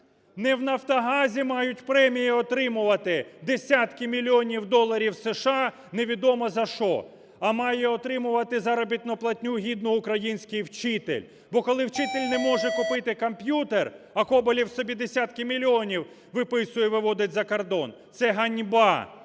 Не в "Нафтогазі" мають премії отримувати – десятки мільйонів доларів США – невідомо за що, а має отримувати заробітну платню гідну український вчитель. Бо коли вчитель не може купити комп'ютер, а Коболєв собі десятки мільйонів виписує, виводить за кордон – це ганьба!